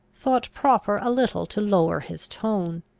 thought proper a little to lower his tone.